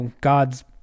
God's